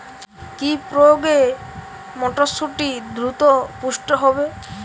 কি প্রয়োগে মটরসুটি দ্রুত পুষ্ট হবে?